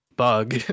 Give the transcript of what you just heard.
Bug